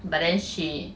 but then she